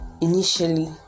initially